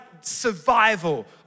survival